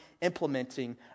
implementing